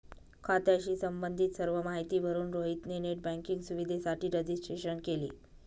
खात्याशी संबंधित सर्व माहिती भरून रोहित ने नेट बँकिंग सुविधेसाठी रजिस्ट्रेशन केले